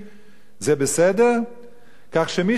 כך שמי שמדבר ומי שרוצה שנוכל לחיות פה